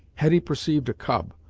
hetty perceived a cub,